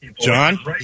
John